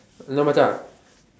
no Macha